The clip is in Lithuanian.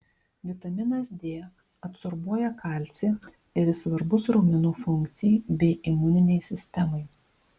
vitaminas d absorbuoja kalcį ir jis svarbus raumenų funkcijai bei imuninei sistemai